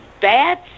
bad